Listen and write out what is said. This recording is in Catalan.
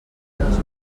dos